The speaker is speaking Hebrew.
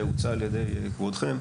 שהוצע על ידי כבודכם,